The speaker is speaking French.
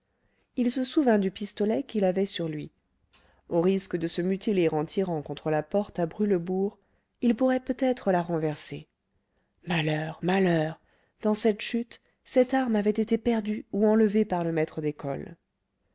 il se souvint du pistolet qu'il avait sur lui au risque de se mutiler en tirant contre la porte à brûle bourre il pourrait peut-être la renverser malheur malheur dans cette chute cette arme avait été perdue ou enlevée par le maître d'école